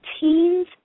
teens